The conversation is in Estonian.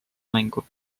mängu